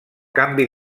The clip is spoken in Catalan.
canvi